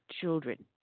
Children